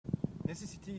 necessity